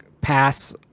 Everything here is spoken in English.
pass